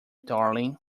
darling